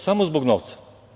Samo zbog novca.